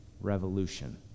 revolution